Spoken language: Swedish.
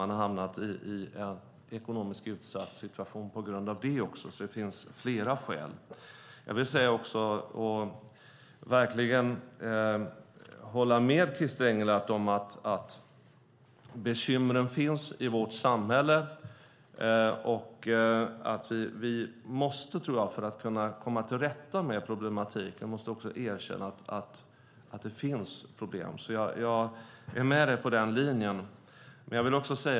De har hamnat i en ekonomiskt utsatt situation också på grund av det. Det finns flera skäl. Jag håller verkligen med Christer Engelhardt om att bekymren finns i vårt samhälle. Vi måste för att komma till rätta med problematiken erkänna att det finns problem. Jag är med dig på den linjen.